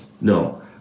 No